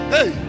Hey